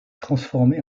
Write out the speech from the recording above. transformé